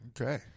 Okay